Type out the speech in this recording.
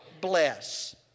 bless